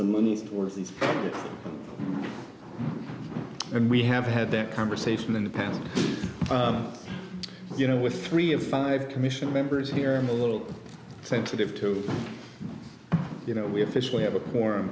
the monies towards these and we have had that conversation in the past you know with three of five commission members here i'm a little sensitive to you know we have fish we have a forum